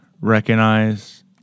recognize